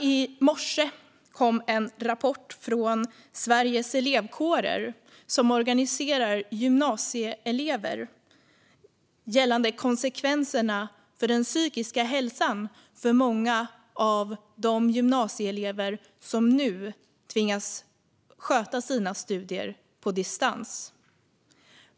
I morse kom en rapport från Sveriges Elevkårer, som organiserar gymnasieelever, gällande konsekvenserna för den psykiska hälsan hos många av de gymnasieelever som nu tvingas sköta sina studier på distans.